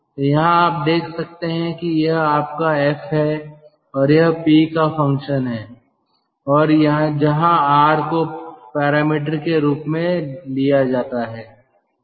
तो यहाँ आप देख सकते हैं कि यह आपका F है और यह P का फ़ंक्शन है और जहाँ R को पैरामीटर के रूप में लिया जाता है